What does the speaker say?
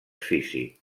físic